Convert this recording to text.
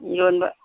ꯌꯣꯟꯕ